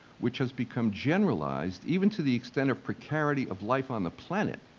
which has become generalized even to the extent of precarity of life on the planet,